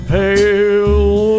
pale